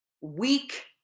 weak